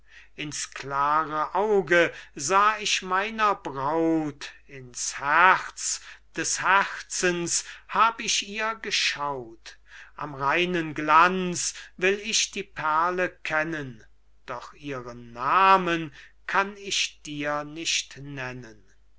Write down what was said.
ins klare auge sah ich meiner braut ins herz des herzens hab ich ihr geschaut am reinen glanz will ich die perle kennen doch ihren namen kann ich dir nicht nennen